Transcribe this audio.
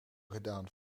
gedaan